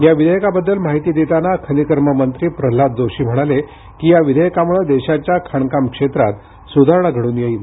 या विधेयकाबद्दल माहिती देताना खनिकर्म मंत्री प्रल्हाद जोशी म्हणाले की या विधेयकामुळे देशाच्या खाणकाम क्षेत्रात सुधारणा घडून येईल